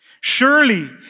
Surely